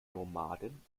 nomaden